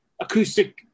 acoustic